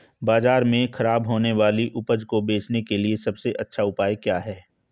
बाजार में खराब होने वाली उपज को बेचने के लिए सबसे अच्छा उपाय क्या हैं?